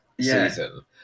season